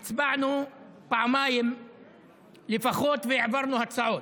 הצבענו פעמיים לפחות, והעברנו הצעות.